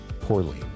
poorly